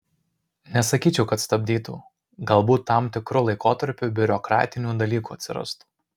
nesakyčiau kad stabdytų galbūt tam tikru laikotarpiu biurokratinių dalykų atsirastų